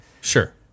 Sure